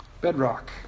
Bedrock